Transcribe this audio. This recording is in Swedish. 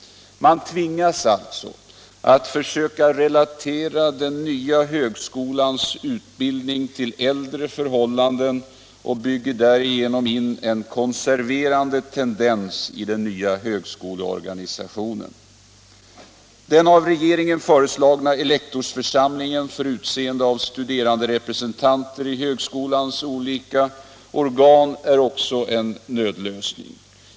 Man tvingas alltså att försöka relatera den nya högskolans utbildning till äldre förhållanden och bygger därigenom in en konserverande tendens i den nya högskoleorganisationen. Den av regeringen föreslagna elektorsförsamlingen för utseende av studeranderepresentanter i högskolans olika organ är också en nödlösning.